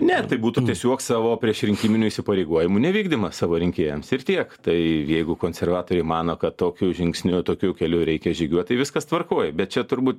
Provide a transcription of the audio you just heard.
ne tai būtų tiesiuog savo priešrinkiminių įsipareigojimų nevykdymas savo rinkėjams ir tiek tai jeigu konservatoriai mano kad tokiu žingsniu tokiu keliu reikia žygiuot tai viskas tvarkoj bet čia turbūt